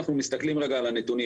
אנחנו מסתכלים רגע על הנתונים,